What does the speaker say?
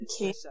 Okay